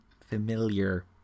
Familiar